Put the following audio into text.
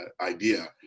idea